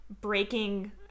breaking